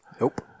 Nope